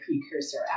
precursor